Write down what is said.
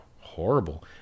horrible